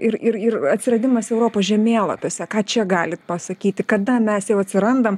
ir ir ir atsiradimas europos žemėlapiuose ką čia galit pasakyti kada mes jau atsirandam